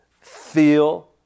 feel